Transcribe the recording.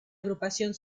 agrupación